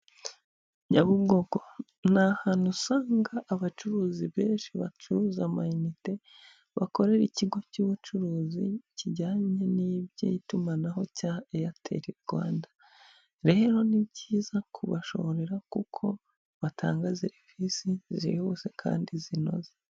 Nyabugogo ni ahantu usanga abacuruzi benshi bacuruza amayinite bakorera ikigo cy'ubucuruzi kijyanye n'iby'itumanaho cya Airtel Rwanda, rero ni byiza kubashorera kuko batanga serivisi zihuse kandi zinoze.